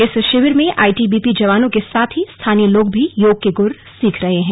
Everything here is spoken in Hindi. इस शिविर में आईटीबीपी जवानों के साथ ही स्थानीय लोग भी योग के गुर सीख रहे हैं